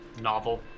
novel